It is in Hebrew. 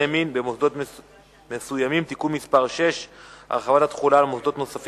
מין במוסדות מסוימים (תיקון מס' 6) (הרחבת התחולה על מוסדות נוספים),